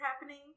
happening